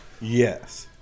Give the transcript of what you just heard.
Yes